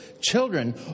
Children